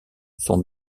sont